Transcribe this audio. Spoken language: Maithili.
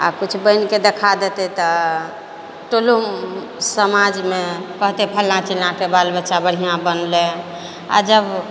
आ किछु बनिके देखा देतै तऽ कोनो समाजमे कहतै फल्लाँ चिल्लाँके बाल बच्चा बढ़िआँ बनलै आ जब